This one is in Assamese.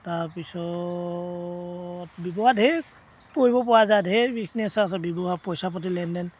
তাৰপিছত ব্যৱহাৰ ধেৰ কৰিব পৰা যায় ধেৰ বিজনেচ আছে ৱ্য়ৱহাৰ পইচা পাতি লেনদেন